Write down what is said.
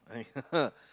yeah